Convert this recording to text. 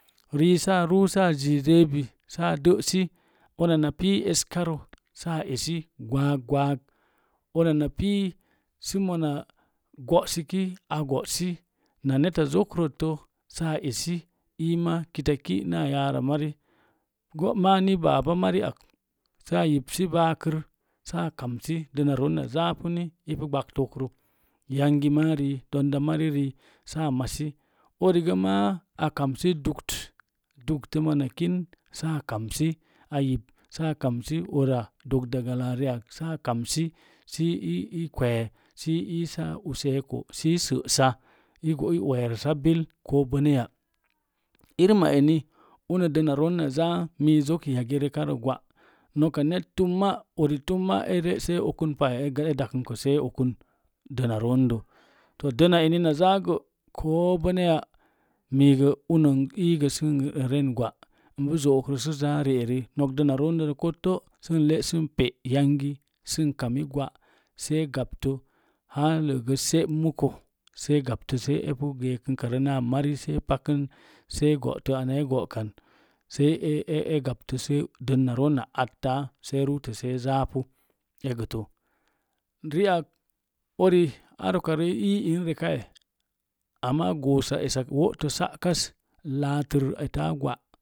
Ri sa ruusaa zin zebi una na pii eskarə saa esi gwaag gwaag una na pii sə mona go'siki a go'sina neta zokrəttə a go'si saa esi ii ma kitaki’ na yara mari go maa ni baba mari ak sa yi baakr sa kamsi dəna roon na zaapuni ipu ɓagtokro, yangi mari, dondamari ri saa masi urigə ma akamsi dukt, dukt ti mona kinə saa kamsi saa kamsi uza dogda galaa ri ak sa kamsi sə i kwee sə i iisa useko səi səsa səiwerəsa bilkobənaya irin mari eni dəna roon na zaa miizok yage rekarə gwa’ noka net tumbna uri tumma e le'see okunpa e dakənkə see okən dənna roondə to dənna ena na zaa gəko bənnaya mii gə unə iigə sə i ren gwa’ ipu zo'okro sə zaa ri ere nok dəna roon dəzi kotto sə i le'sə pe’ yangi sə ree gwa’ see gaptə ləgə se’ muka sə agaptə se’ epu eekukarə naa mari see paku se go'tə ana e go'kan sə a gaptə dəna roon na assa səa ruutə se zaapu e gətə riak uri ar ukare i ii in rekaye amma goose esak wo'to sakas latər eta gwa.